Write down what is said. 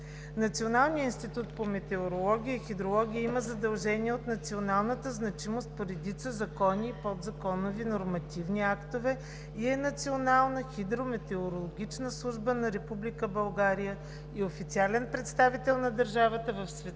Националният институт по метеорология и хидрология има задължения от националната значимост по редица закони и подзаконови нормативни актове и е Национална хидрометеорологична служба на Република България и официален представител на държавата в Световната